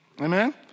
Amen